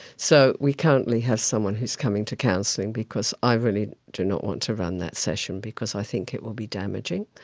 so we currently have someone who's coming to counselling because i really do not want to run that session because i think it will be damaging.